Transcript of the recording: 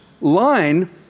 line